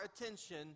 attention